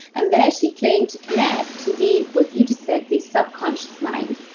and there she claimed to connect to the what you just said the subconscious mind.